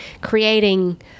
creating